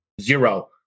zero